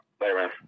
Later